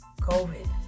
COVID